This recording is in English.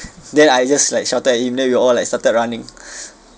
then I just like shouted at him then we all like started running